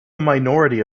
minority